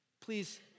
Please